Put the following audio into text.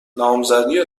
نامزدی